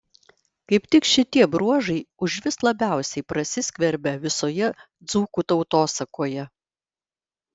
kaip tik šitie bruožai užvis labiausiai prasiskverbia visoje dzūkų tautosakoje